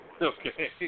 Okay